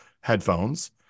headphones